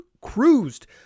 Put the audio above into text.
cruised